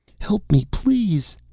help me, please!